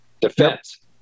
defense